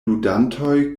ludantoj